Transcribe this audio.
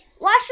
wash